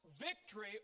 victory